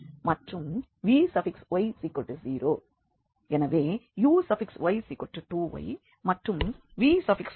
எனவே uy2y மற்றும் vx0